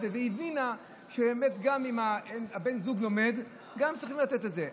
זה והבינה שגם אם בן הזוג לומד צריך לתת את זה.